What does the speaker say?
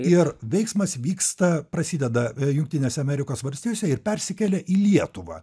ir veiksmas vyksta prasideda jungtinėse amerikos valstijose ir persikelia į lietuvą